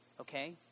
okay